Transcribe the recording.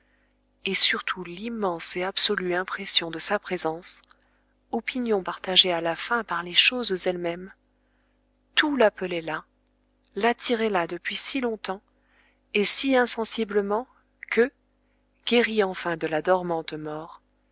et surtout l'immense et absolue impression de sa présence opinion partagée à la fin par les choses elles-mêmes tout l'appelait là l'attirait là depuis si longtemps et si insensiblement que guérie enfin de la dormante mort